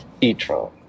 E-tron